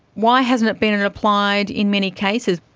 why hasn't it been and applied in many cases?